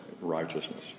righteousness